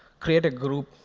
create a group,